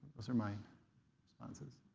those are my responses.